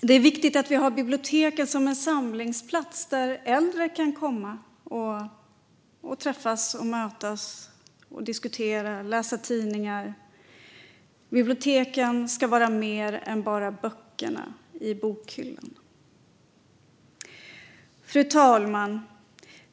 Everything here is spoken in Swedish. Det är viktigt att vi har biblioteken som en samlingsplats dit äldre kan komma och träffas, mötas, diskutera och läsa tidningar. Biblioteken ska vara mer än bara böckerna i bokhyllan. Fru talman!